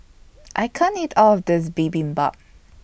I can't eat All of This Bibimbap